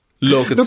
Look